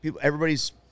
everybody's –